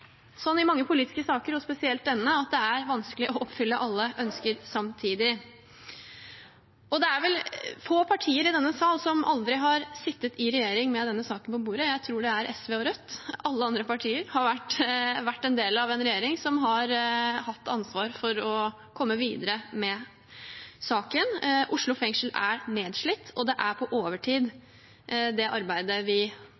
vanskelig å oppfylle alle ønsker samtidig. Det er vel få partier i denne sal som aldri har sittet i regjering med denne saken på bordet, jeg tror det er SV og Rødt. Alle andre partier har vært en del av en regjering som har hatt ansvar for å komme videre med saken. Oslo fengsel er nedslitt, og det arbeidet vi fortsatt holder på med, å finne en egnet tomt for et nytt fengsel, er på overtid.